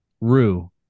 rue